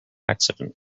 accident